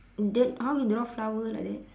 and then how you draw flower like that